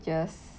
just